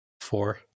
four